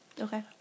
Okay